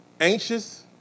anxious